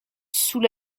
sous